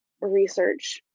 research